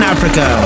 Africa